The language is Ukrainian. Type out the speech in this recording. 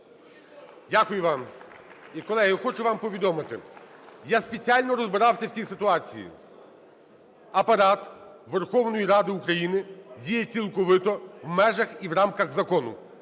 Дякую вам. І, колеги, хочу вам повідомити, я спеціально розбирався в цій ситуації. Апарат Верховної Ради України діє цілковито в межах і в рамках закону.